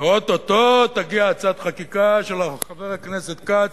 ואו-טו-טו, תגיע הצעת חקיקה של חבר הכנסת כץ,